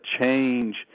change